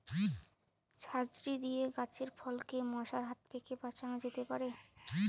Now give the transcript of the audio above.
ঝাঁঝরি দিয়ে গাছের ফলকে মশার হাত থেকে বাঁচানো যেতে পারে?